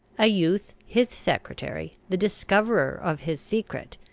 a youth, his secretary, the discoverer of his secret,